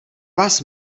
vás